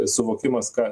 suvokimas ką